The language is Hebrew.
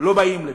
לא באים לפה,